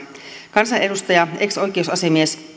kansanedustaja ex oikeusasiamies